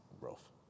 rough